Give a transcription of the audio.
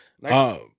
Nice